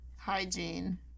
Hygiene